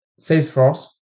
Salesforce